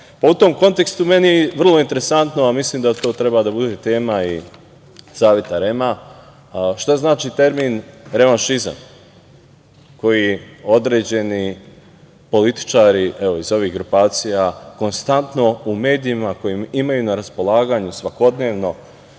tom kontekstu meni je vrlo interesantno, a mislim da to treba da bude tema i Saveta REM-a, šta znači termin – refanšizam, koji određeni političari iz ovih grupacija konstantno u medijima koje imaju na raspolaganju svakodnevno,